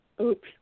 Oops